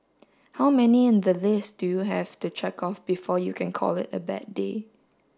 how many in the list do you have to check off before you can call it a bad day